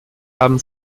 haben